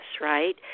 right